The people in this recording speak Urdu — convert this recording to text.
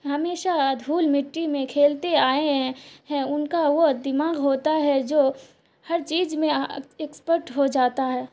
ہمیشہ دھول مٹی میں کھیلتے آئے ہیں ان کا وہ دماغ ہوتا ہے جو ہر چیز میں ایکسپرٹ ہو جاتا ہے